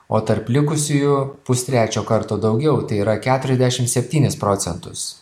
o tarp likusiųjų pustrečio karto daugiau tai yra keturiasdešim septynis procentus